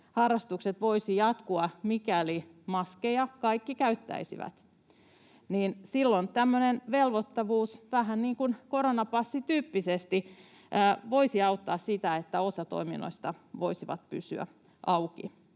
harrastukset voisivat jatkua, mikäli maskeja kaikki käyttäisivät — niin silloin tämmöinen velvoittavuus vähän niin kuin koronapassityyppisesti voisi auttaa sitä, että osa toiminnoista voisi pysyä auki.